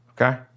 okay